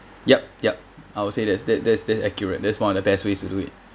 yup yup I would say there's that there's there's accurate there's one of the best way to do it